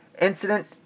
Incident